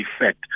effect